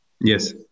Yes